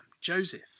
Joseph